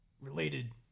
related